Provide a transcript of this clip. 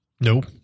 Nope